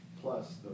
plus